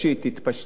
"תתפשטי",